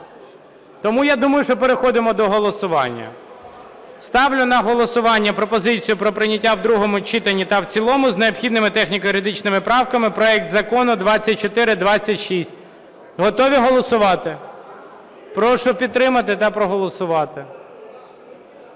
Тому, я думаю, що переходимо до голосування. Ставлю на голосування пропозицію про прийняття в другому читанні та в цілому з необхідними техніко-юридичними правками проект Закону 2426. Готові голосувати? Прошу підтримати та проголосувати.